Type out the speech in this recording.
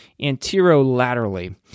anterolaterally